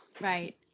right